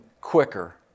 quicker